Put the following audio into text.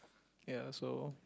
ya so